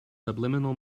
subliminal